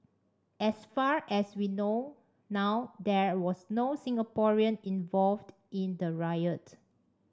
as far as we know now there was no Singaporean involved in the riot